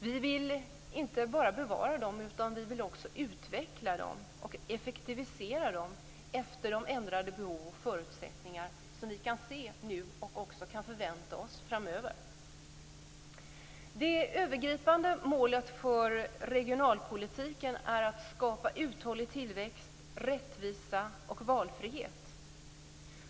Vi vill inte bara bevara dem, utan vi vill också utveckla dem och effektivisera dem efter de ändrade behov och förutsättningar som vi kan se nu och också förvänta oss framöver. Det övergripande målet för regionalpolitiken är att skapa uthållig tillväxt, rättvisa och valfrihet.